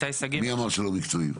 מי אמר שלא מקצועיים?